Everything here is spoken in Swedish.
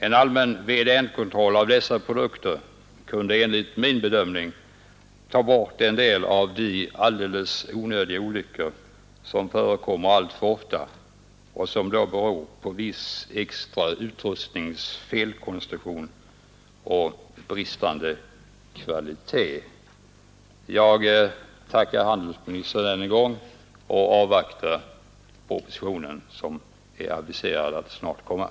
En allmän VDN-kontroll av de produkter det här gäller skulle enligt min bedömning ta bort en del av de helt onödiga olyckor som nu ofta förekommer och som beror på viss extra utrustnings felkonstruktion och bristande kvalitet. Jag tackar handelsministern än en gång för svaret och avvaktar propositionen som är aviserad att snart framläggas.